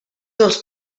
els